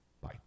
Bye